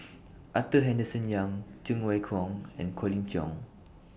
Arthur Henderson Young Cheng Wai Keung and Colin Cheong